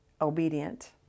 obedient